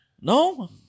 No